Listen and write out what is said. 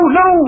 no